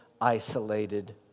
isolated